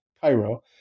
Cairo